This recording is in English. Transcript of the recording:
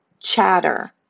chatter